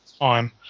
time